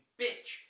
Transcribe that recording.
bitch